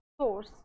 source